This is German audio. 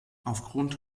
aufgrund